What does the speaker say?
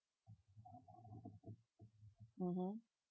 mmhmm